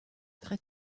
très